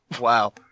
Wow